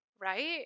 Right